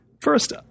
First